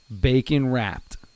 bacon-wrapped